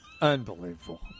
Unbelievable